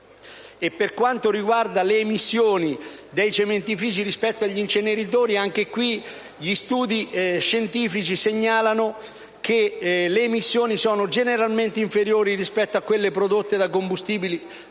Per quanto riguarda le emissioni dei cementifici rispetto agli inceneritori, anche in questo caso gli studi scientifici segnalano che le emissioni sono generalmente inferiori rispetto a quelle prodotte da combustibili